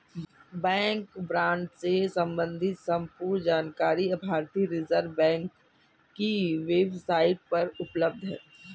bank fraud से सम्बंधित संपूर्ण जानकारी भारतीय रिज़र्व बैंक की वेब साईट पर उपलब्ध है